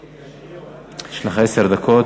יש לך עשר דקות.